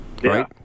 Right